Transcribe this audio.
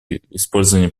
использования